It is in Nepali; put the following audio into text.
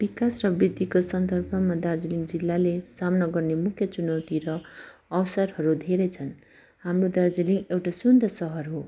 विकास र वृद्धिको सन्दर्भमा दार्जिलिङ जिल्लाले सामना गर्ने मुख्य चुनौती र अवसरहरू धेरै छन् हाम्रो दार्जिलिङ एउटा सुन्दर सहर हो